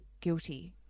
guilty